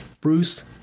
Bruce